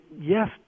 yes